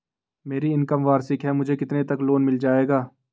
मेरी इनकम वार्षिक है मुझे कितने तक लोन मिल जाएगा?